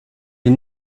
est